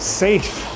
safe